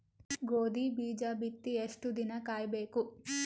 ಗೋಧಿ ಬೀಜ ಬಿತ್ತಿ ಎಷ್ಟು ದಿನ ಕಾಯಿಬೇಕು?